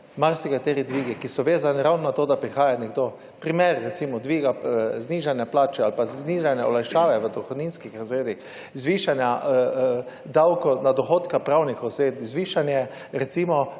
marsikateri dvigi, ki so vezani ravno na to, da prihaja nekdo. Primer recimo dviga, znižanja plače ali pa znižanja olajšave v dohodninskih razredih, zvišanja davkov od dohodka pravnih oseb, zvišanje recimo